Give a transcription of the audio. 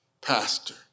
pastor